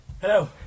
Hello